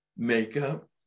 makeup